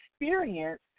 experience